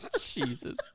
Jesus